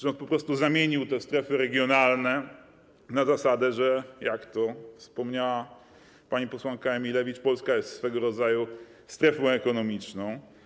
Rząd po prostu zamienił te strefy regionalne na zasadę, że jak to wspomniała pani posłanka Emilewicz, Polska jest swego rodzaju strefą ekonomiczną.